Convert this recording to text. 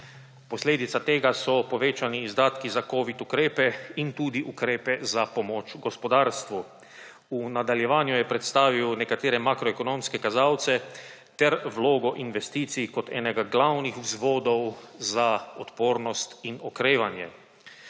Posledica tega so povečani izdatki za covid ukrepe in tudi ukrepe za pomoč gospodarstvu. V nadaljevanju je predstavil nekatere makroekonomske kazalce ter vlogo investicij kot enega glavnih vzvodov za odpornost in okrevanje.